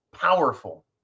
powerful